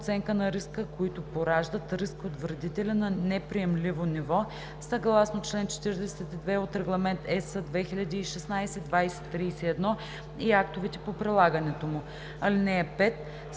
оценка на риска, които пораждат риск от вредители на неприемливо ниво, съгласно чл. 42 от Регламент (ЕС) 2016/2031 и актовете по прилагането му.